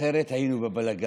אחרת היינו בבלגן.